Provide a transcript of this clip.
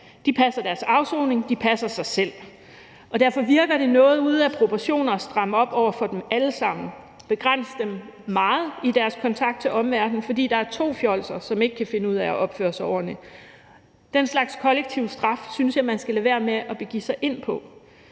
De passer deres afsoning, de passer sig selv. Derfor virker det noget ude af proportioner at stramme op over for dem alle sammen, begrænse dem meget i deres kontakt til omverdenen, fordi der er to fjolser, som ikke kan finde ud af at opføre sig ordentligt. Den slags kollektiv straf synes jeg man skal lade være med at begive sig ind på.